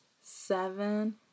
seven